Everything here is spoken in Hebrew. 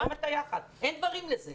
אין לזה פתרון.